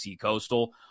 Coastal